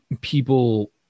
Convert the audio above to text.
people